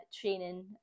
training